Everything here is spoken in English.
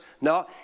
No